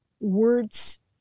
words